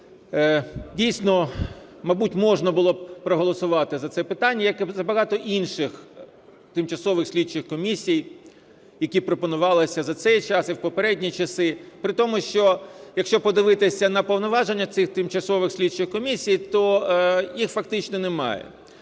дійсно, мабуть, можна було б проголосувати за це питання, як і за багато інших тимчасових слідчих комісій, які пропонувалися за цей час і в попередні часи при тому, що, якщо подивитися на повноваження цих тимчасових слідчих комісій, то їх фактично немає.